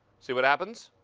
see what happens?